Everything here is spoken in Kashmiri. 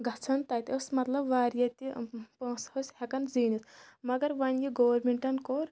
گژھان تَتہِ ٲس مطلب واریاہ تہِ پونٛسہٕ ٲسۍ ہٮ۪کان زیٖنِتھ مگر وۄنۍ یہِ گورمٮ۪نٛٹَن کوٚر